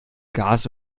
gas